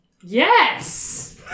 Yes